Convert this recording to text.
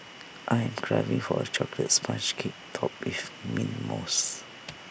I am craving for A Chocolate Sponge Cake Topped with Mint Mousse